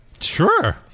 Sure